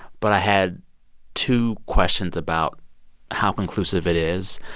but i had two questions about how conclusive it is.